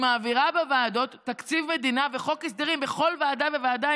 מעבירה בוועדות תקציב מדינה וחוק הסדרים בכל ועדה וועדה,